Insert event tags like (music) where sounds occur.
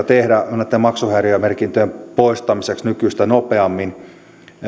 (unintelligible) tehdä näitten maksuhäiriömerkintöjen poistamiseksi nykyistä nopeammin